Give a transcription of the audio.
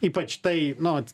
ypač tai nu vat